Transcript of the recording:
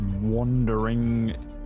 wandering